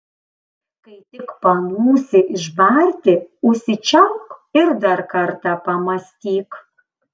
kai tik panūsi išbarti užsičiaupk ir dar kartą pamąstyk